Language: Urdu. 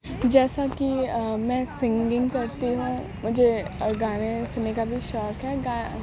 جیسا کہ میں سنگنگ کرتی ہوں مجھے گانے سننے کا بھی شوق ہے